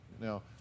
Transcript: Now